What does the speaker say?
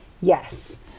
yes